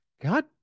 God